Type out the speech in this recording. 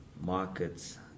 markets